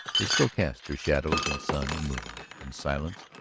they still cast their shadows in sun and moonlight, in silence,